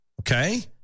okay